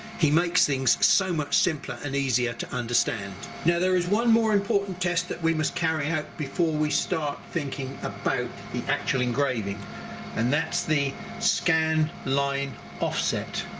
he makes things so much simpler and easier to understand. now there is one more important test that we must carry out before we start thinking about the actual engraving and that's the scan line offset.